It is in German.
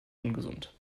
ungesund